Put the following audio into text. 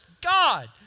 God